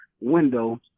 window